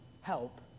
help